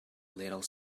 little